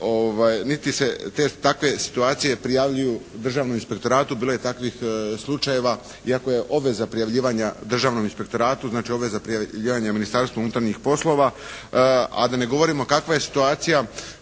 niti se takve situacije prijavljuju Državnom inspektoratu, bilo je takvih slučajeva iako je obveza prijavljivanja Državnom inspektoratu, znači obveza prijavljivanja Ministarstvu unutarnjih poslova, a da ne govorimo kakva je situacija